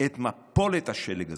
את מפולת השלג הזאת.